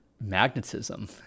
magnetism